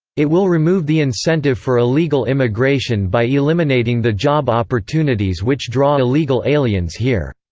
it will remove the incentive for illegal immigration by eliminating the job opportunities which draw illegal aliens here.